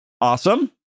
Awesome